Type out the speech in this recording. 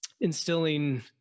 instilling